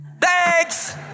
Thanks